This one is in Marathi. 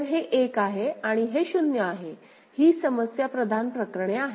तर हे 1 आहे आणि हे 0 आहे ही समस्या प्रधान प्रकरणे आहेत